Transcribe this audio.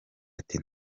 ati